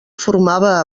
formava